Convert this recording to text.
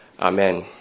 Amen